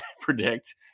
predict